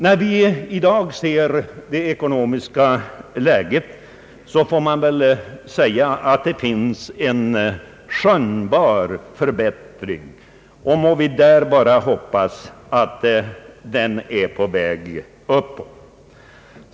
När vi i dag ser på det ekonomiska läget, får vi väl säga att vi kan skönja en förbättring, och må vi då bara hoppas att förbättringen skall fortsätta.